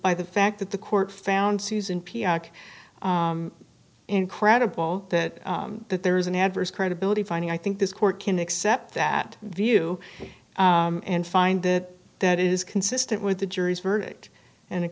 by the fact that the court found susan p x incredible that that there is an adverse credibility finding i think this court can accept that view and find that that is consistent with the jury's verdict and